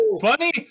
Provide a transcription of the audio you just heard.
funny